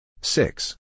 Six